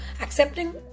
accepting